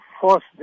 force